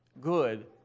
good